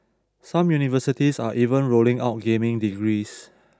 some universities are even rolling out gaming degrees